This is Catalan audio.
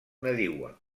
nadiua